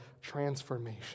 transformation